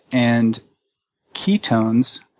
and ketones,